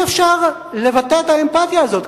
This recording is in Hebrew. אי-אפשר לבטא את האמפתיה הזאת.